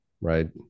right